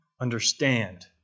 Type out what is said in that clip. understand